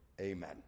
Amen